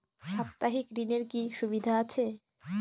সাপ্তাহিক ঋণের কি সুবিধা আছে?